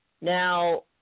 Now